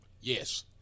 Yes